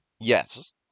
Yes